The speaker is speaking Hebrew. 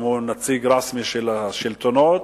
אם הוא נציג רשמי של השלטונות,